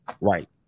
right